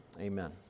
amen